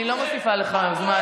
אני לא מוסיפה לך זמן.